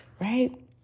Right